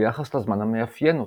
ביחס לזמן המאפיין אותה.